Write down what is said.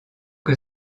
que